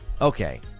Okay